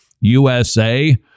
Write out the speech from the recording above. USA